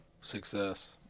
success